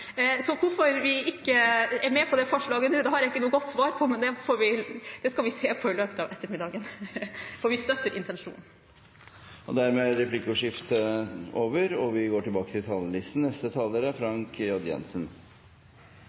Så hvorfor vi ikke er med på dette forslaget nå, det har jeg ikke noe godt svar på, men det skal vi se på i løpet av ettermiddagen, for vi støtter intensjonen. Replikkordskiftet er dermed over. Kommunene er en grunnmur i det norske demokratiet, innbyggere som går sammen om å løse viktige oppgaver i fellesskap: sørge for gode skoler og